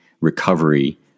recovery